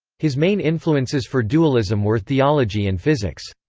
his main influences for dualism were theology and physics.